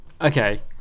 Okay